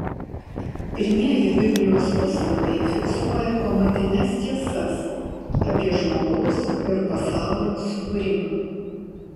pirmieji biblijos puslapiai fiksuoja pamatines tiesas apie žmogaus ir pasaulio sukūrimą